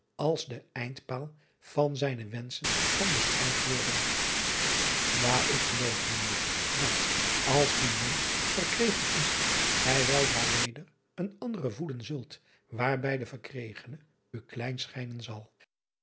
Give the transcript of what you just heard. als de eindpaal van zijne wenschen kan beschouwd worden a ik geloof ijnheer dat als die wensch verkregen is gij weldra weder een anderen voeden zult waarbij de verkregene u klein schijnen zal